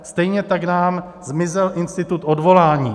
Stejně tak nám zmizel institut odvolání.